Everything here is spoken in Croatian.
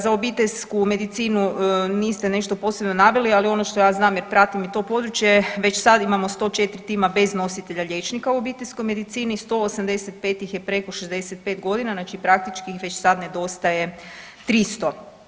Za obiteljsku medicinu niste nešto posebno naveli, ali ono što ja znam jer pratim i to područje već sad imamo 104 tima bez nositelja liječnika u obiteljskoj medicini, 185 ih je preko 65.g., znači praktički već ih sad nedostaje 300.